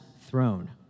throne